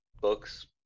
books